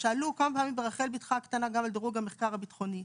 שאלו כמה פעמים ברחל ביתך הקטנה גם על דירוג המחקר הביטחוני,